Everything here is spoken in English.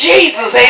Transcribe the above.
Jesus